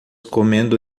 comendo